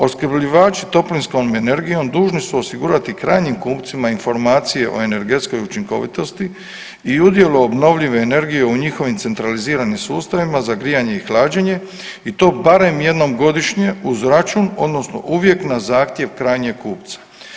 Opskrbljivači toplinskom energijom dužni su osigurati krajnjim kupcima informacije o energetskoj učinkovitosti i udjelu obnovljive energije u njihovim centraliziranim sustavima za grijanje i hlađenje i to barem jednom godišnje uz račun odnosno uvijek na zahtjev krajnjeg kupca.